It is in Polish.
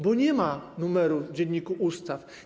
Bo nie ma numeru w Dzienniku Ustaw.